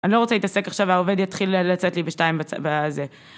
אני לא רוצה להתעסק עכשיו, העובד יתחיל לצאת לי בשתיים בצ... ב...זה.